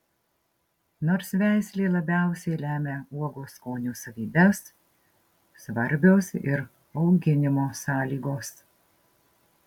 nors veislė labiausiai lemia uogos skonio savybes svarbios ir auginimo sąlygos